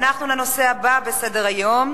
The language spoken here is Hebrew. אנחנו בנושא הבא בסדר-היום,